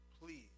please